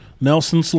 Nelson